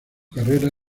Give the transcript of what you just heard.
carrera